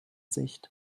sicht